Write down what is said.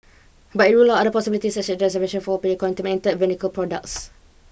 But it ruled out other possibilities as diversion foul play contaminated medical products